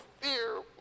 fear